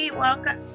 welcome